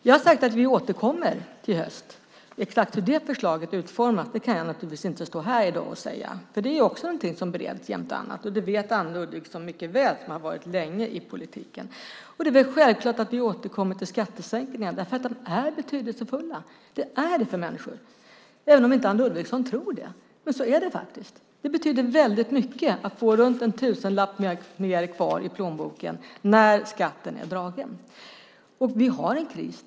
Jag har sagt att vi återkommer i höst: Exakt hur det förslaget kommer att utformas kan jag naturligtvis inte säga här i dag. Det är också något som bereds, jämte annat. Det vet Anne Ludvigsson, som har varit länge i politiken, mycket väl. Det är väl självklart att vi återkommer till skattesänkningar. De är betydelsefulla för människor, även om inte Anne Ludvigsson tror det. Så är det faktiskt. Det betyder väldigt mycket att få runt en tusenlapp mer kvar i plånboken när skatten är dragen. Vi har en kris.